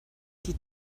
die